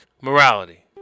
Morality